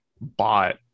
bought